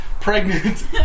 Pregnant